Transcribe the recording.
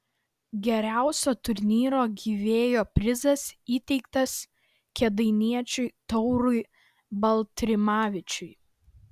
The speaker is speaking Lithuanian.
geriausio turnyro gyvėjo prizas įteiktas kėdainiečiui taurui baltrimavičiui